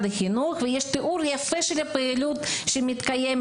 החינוך ויש תיאור יפה של הפעילות שמתקיימת,